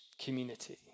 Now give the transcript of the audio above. community